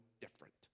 different